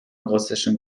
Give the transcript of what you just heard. russischen